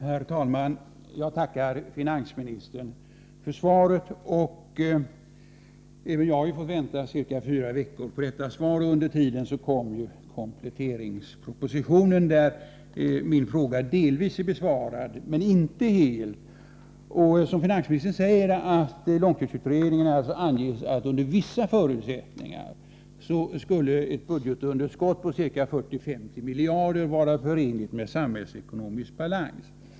Herr talman! Jag tackar finansministern för svaret. Även jag har fått vänta ca fyra veckor på mitt svar. Under tiden har regeringen lagt fram kompletteringspropositionen, där min fråga delvis, men inte helt, är besvarad. Som finansministern säger har långtidsutredningen angett att ett budgetunderskott på ca 40 miljarder ”under vissa förutsättningar” skulle vara förenligt med samhällsekonomisk balans.